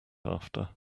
after